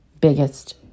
biggest